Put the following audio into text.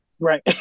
Right